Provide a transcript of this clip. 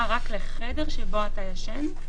החדר שבו אתה ישן?